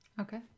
Okay